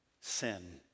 sin